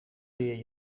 leer